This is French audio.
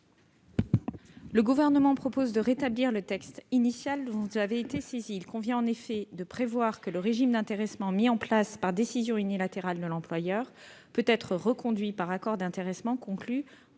Le Gouvernement propose de rétablir le texte initial dont vous avez été saisis. Il convient en effet de prévoir que le régime d'intéressement mis en place par décision unilatérale de l'employeur peut être reconduit par accord d'intéressement conclu